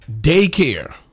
Daycare